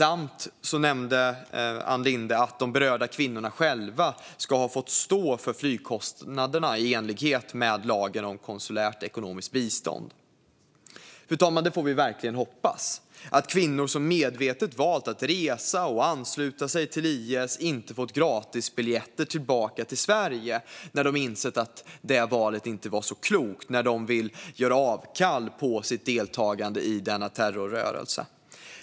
Ann Linde nämnde också att de berörda kvinnorna själva ska ha fått stå för flygkostnaderna i enlighet med lagen om konsulärt ekonomiskt bistånd. Det får vi verkligen hoppas, fru talman - att kvinnor som medvetet valt att resa och ansluta sig till IS inte fått gratisbiljetter tillbaka till Sverige när de insett att det valet inte var så klokt och vill göra avkall på sitt deltagande i denna terrorrörelse.